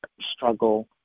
struggle